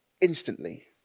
instantly